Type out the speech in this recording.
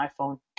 iPhone